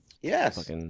yes